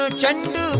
Chandu